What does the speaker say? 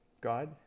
God